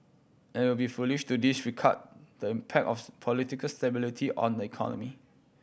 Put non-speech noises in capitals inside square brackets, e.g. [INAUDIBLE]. and it would be foolish to disregard the impact [UNINTELLIGIBLE] political stability on the economy